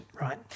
right